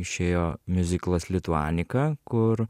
išėjo miuziklas lituanika kur